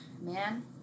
man